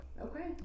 Okay